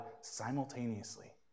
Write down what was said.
simultaneously